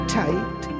tight